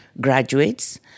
graduates